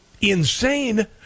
insane